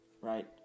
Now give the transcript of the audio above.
right